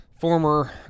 Former